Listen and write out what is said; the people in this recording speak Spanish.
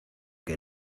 que